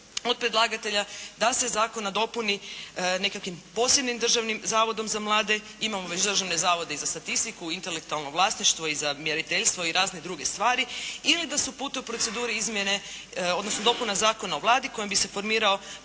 od predlagatelja da se zakon nadopuni nekakvim posebnim Državnim zavodom za mlade. Imamo već Državni zavod za statistiku i intelektualno vlasništvo i za mjeriteljstvo i razne druge stvari. Ili da se upute u proceduru izmjene odnosno dopuna Zakona o Vladi kojim bi se formirao